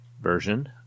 version